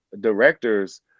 directors